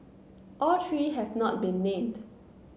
all three have not been named